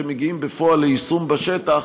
כשמגיעים בפועל ליישום בשטח,